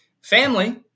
family